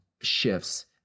shifts